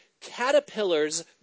Caterpillars